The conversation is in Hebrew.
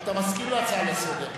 אתה מסכים להצעה לסדר-היום?